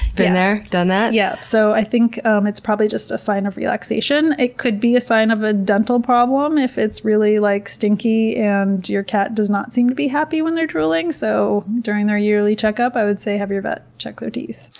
been there. done that. yeah so i think um it's probably just a sign of relaxation. it could be a sign of a dental problem if it's really like stinky and your cat does not seem to be happy when they're drooling. so during their yearly checkup, i would say, have your vet check their teeth.